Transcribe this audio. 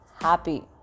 happy